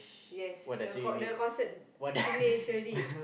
yes the con the concert finish already